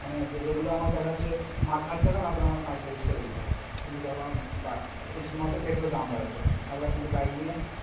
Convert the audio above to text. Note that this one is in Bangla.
মানে যেগুলো আমার দেখ আছে মাঠঘাট গেলাম এখন আমার সাইকেল ইউস করে যেতে হচ্ছে কিন্তু তখন এই শুধু মাত্র পেট্রোলের দাম বাড়ার জন্য নাহলে আমি কিন্তু বাইক নিয়ে